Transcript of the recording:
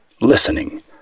listening